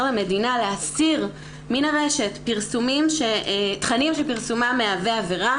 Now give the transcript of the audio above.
למדינה להסיר מן הרשת פרסומים שתכנים ופרסומם מהווה עבירה.